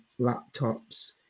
laptops